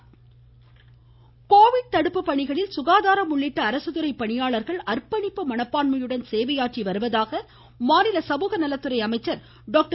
Saroja Covid தடுப்பு பணிகளில் சுகாதாரம் உள்ளிட்ட அரசுத்துறை பணியாளர்கள் அர்ப்பணிப்பு மனப்பான்மையுடன் சேவையாற்றி வருவதாக மாநில சமூக நலத்துறை அமைச்சர் டாக்டர்